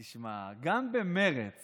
תשמע, גם במרצ